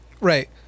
Right